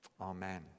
Amen